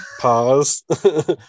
pause